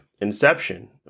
inception